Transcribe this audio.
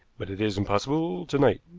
but it is impossible to-night.